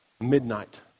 midnight